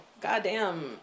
goddamn